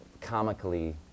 comically